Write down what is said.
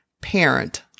parent